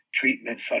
treatment